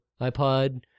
iPod